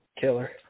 Killer